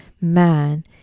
Man